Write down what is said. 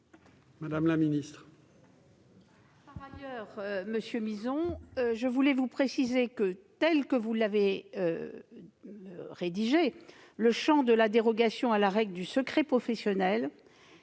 Mme la ministre.